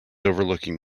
overlooking